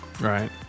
Right